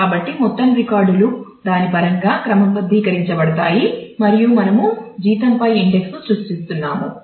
కాబట్టి మొత్తం రికార్డులు దాని పరంగా క్రమబద్ధీకరించబడతాయి మరియు మనము జీతంపై ఇండెక్స్ను సృష్టిస్తున్నాము